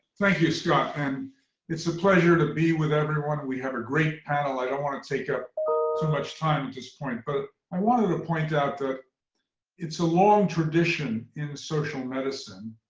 thank you, scott. and it's a pleasure to be with everyone. and we have a great panel. i don't want to take up too much time at this point. but i wanted to point out that it's a long tradition in social medicine,